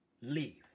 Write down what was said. Leave